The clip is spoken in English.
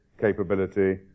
capability